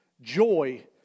Joy